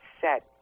set